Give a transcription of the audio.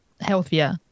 healthier